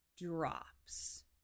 drops